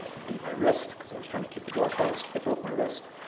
beat my wrist because i was trying to keep the door closed. they broke my wrist.